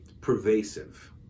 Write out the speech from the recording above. pervasive